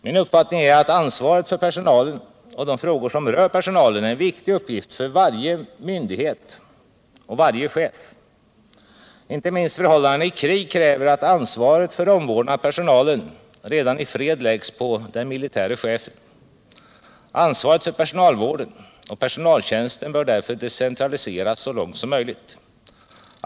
Min uppfattning är att ansvaret för personalen och de frågor som rör personalen är en viktig uppgift för varje myndighet och varje chef. Inte minst förhållandena i krig kräver att ansvaret för omvårdnaden av personalen redan i fred läggs på den militäre chefen. Ansvaret för personalvården och personaltjänsten bör därför decentraliseras så långt som möjligt.